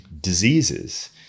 diseases